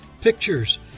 pictures